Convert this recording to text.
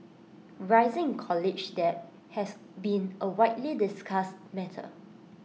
rising college debt has been A widely discussed matter